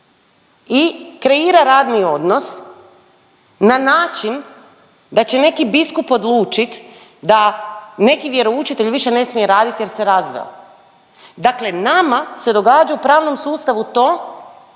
i kreira radni odnos na način da će neki biskup odlučit da neki vjeroučitelj više ne smije radit jer se razveo. Dakle, nama se događa u pravnom sustavu to